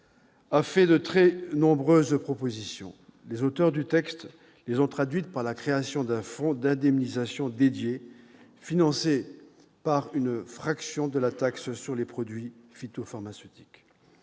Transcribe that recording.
a fait de très nombreuses propositions. Les auteurs du texte les ont traduites par la création d'un fonds d'indemnisation dédié, financé par une fraction de la taxe sur les produits phytopharmaceutiques.